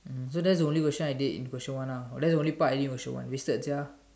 mm so that's the only question I did in question one lah that's the only part I did question one wasted sia